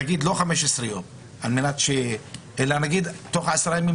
לוחות-הזמנים פה נורא קצרים: 15 ימים, 21 ימים